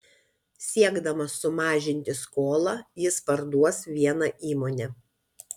siekdamas sumažinti skolą jis parduos vieną įmonę